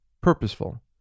purposeful